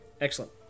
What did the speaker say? Excellent